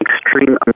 extreme